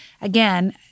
again